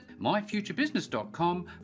myfuturebusiness.com